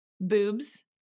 boobs